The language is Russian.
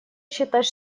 считать